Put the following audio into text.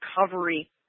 recovery